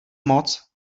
moc